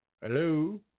Hello